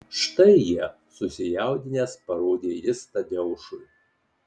štai jie susijaudinęs parodė jis tadeušui